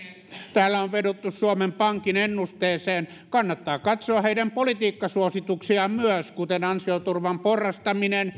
täällä on vedottu suomen pankin ennusteeseen kannattaa katsoa heidän politiikkasuosituksiaan myös kuten ansioturvan